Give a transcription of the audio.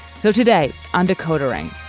so today on decoder ring,